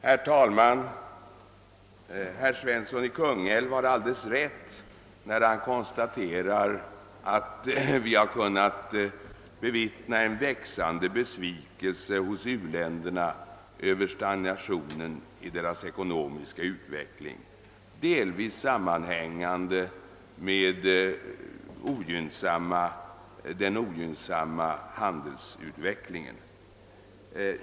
Herr talman! Herr Svensson i Kung älv har alldeles rätt när han konstaterar att vi har kunnat bevittna en växande besvikelse hos u-länderna över stagnationen i deras ekonomiska utveckling, delvis sammanhängande med den ogynnsamma handelsutvecklingen.